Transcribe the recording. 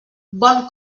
bon